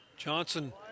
Johnson